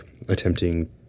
Attempting